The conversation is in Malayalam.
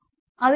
അതിലെ EC2